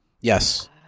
Yes